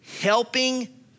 helping